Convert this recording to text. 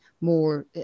more